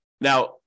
Now